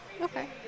Okay